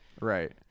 Right